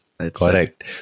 Correct